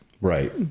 Right